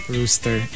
Rooster